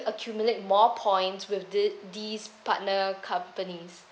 accumulate more points with it this partner companies